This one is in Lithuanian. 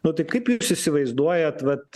nu tai kaip jūs įsivaizduojat vat